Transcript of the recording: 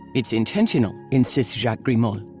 it's intentional insists jacques grimault.